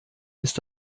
ist